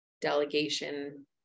delegation